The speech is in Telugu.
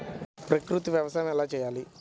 ప్రకృతి వ్యవసాయం ఎలా చేస్తారు?